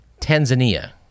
Tanzania